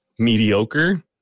Mediocre